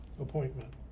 appointment